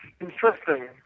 interesting